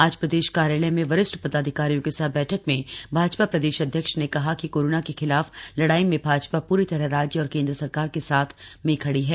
आज प्रदेश कार्यालय में वरिष्ठ पदाधिकारियों के साथ बैठक में भाजपा प्रदेश अध्यक्ष ने कहा कि कोरोना के ख़िलाफ़ लड़ाई में भाजपा पूरी तरह राज्य और केंद्र सरकार के साथ में खड़ी है